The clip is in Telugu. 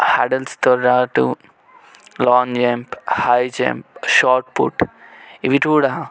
హడల్స్తో పాటు long jump high jump shot put ఇవి కూడా